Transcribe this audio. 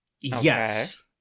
Yes